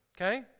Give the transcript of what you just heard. okay